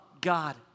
God